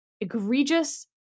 egregious